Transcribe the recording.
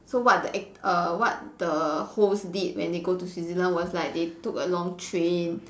so what the ac~ err what the host did when they go to Switzerland was like they took a long train